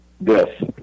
yes